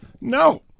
No